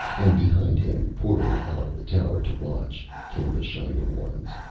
and behind him, pouring out of the tower to watch, came the shining ones.